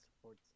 supports